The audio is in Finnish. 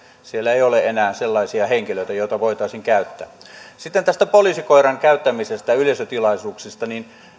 siellä ei ole enää sellaisia henkilöitä joita voitaisiin käyttää sitten tästä poliisikoiran käyttämisestä ja yleisötilaisuuksista